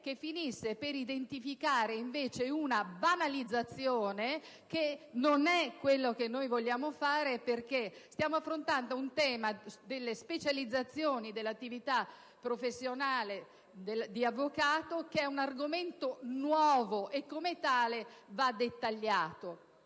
che finisse per identificare invece una banalizzazione, che non è quello che noi vogliamo fare, perché stiamo affrontando un tema, quale quello delle specializzazioni dell'attività professionale di avvocato, che è nuovo, e come tale va dettagliato.